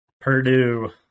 Purdue